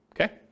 Okay